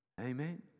Amen